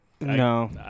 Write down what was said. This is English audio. no